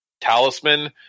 talisman